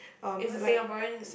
it's a Singaporean